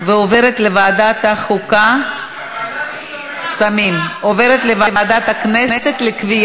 לוועדה שתקבע ועדת הכנסת נתקבלה.